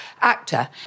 actor